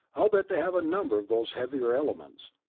i'll bet they have a number of those heavier elements.